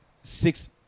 six